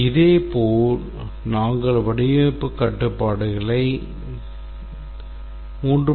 இதேபோல் நாங்கள் வடிவமைப்பு கட்டுப்பாடுகளை 3